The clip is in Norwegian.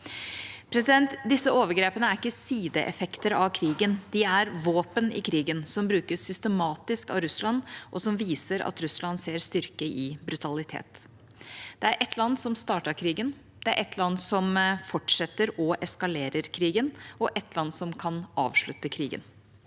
med. Disse overgrepene er ikke sideeffekter av krigen. De er våpen som brukes systematisk av Russland i krigen, og som viser at Russland ser styrke i brutalitet. Det er ett land som startet krigen, ett land som fortsetter og eskalerer krigen, og ett land som kan avslutte krigen.